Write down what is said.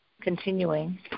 continuing